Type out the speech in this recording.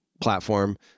platform